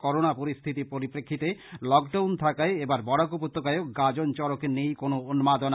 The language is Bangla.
করোনা পরিস্থিতির পরিপ্রেক্ষিতে লকডাউন থাকায় এবার বরাক উপত্যকায়ও গাজন চড়কে নেই কোনো উন্মাদনা